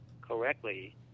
correctly